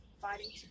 fighting